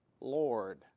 Lord